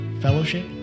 fellowship